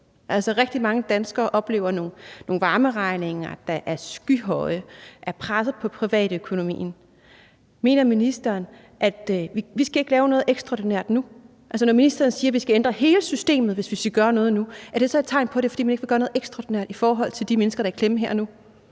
Rigtig mange danskere oplever nogle varmeregninger, der er skyhøje. De er pressede på privatøkonomien. Mener ministeren, at vi ikke skal lave noget ekstraordinært nu? Når ministeren siger, at vi skal ændre hele systemet, hvis vi skal gøre noget nu, er det så et tegn på, at det er, fordi man ikke vil gøre noget ekstraordinært i forhold til de mennesker, der er i klemme her og